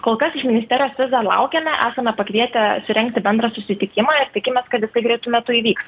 kol kas iš ministerijos vis dar laukiame esame pakvietę surengti bendrą susitikimą ir tikimės kad jisai greitu metu įvyks